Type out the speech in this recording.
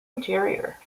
interior